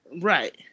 Right